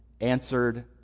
answered